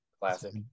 Classic